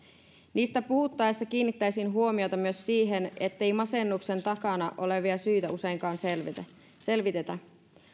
niistä puhuttaessa kiinnittäisin huomiota myös siihen ettei masennuksen takana olevia syitä useinkaan selvitetä